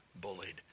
bullied